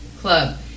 club